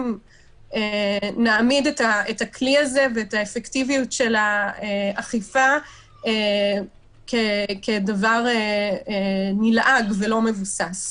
נעמיד את הכלי הזה ואת האפקטיביות של האכיפה כדבר נלעג ולא מבוסס.